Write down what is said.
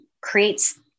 creates